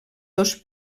dos